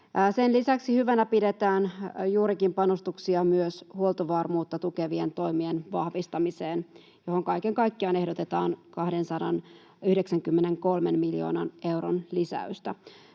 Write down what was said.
Sen lisäksi hyvänä pidetään juurikin panostuksia myös huoltovarmuutta tukevien toimien vahvistamiseen, johon kaiken kaikkiaan ehdotetaan 293 miljoonan euron lisäystä.